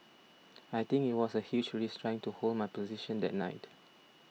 I think it was a huge risk trying to hold my position that night